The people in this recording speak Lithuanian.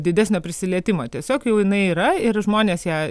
didesnio prisilietimo tiesiog jau jinai yra ir žmonės ją